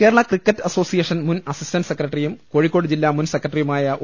Kerala cricket association മുൻ assistant സെക്ര ട്ടറിയും കോഴിക്കോട് ജില്ലാ മുൻ സെക്രട്ടറിയുമായ ഒ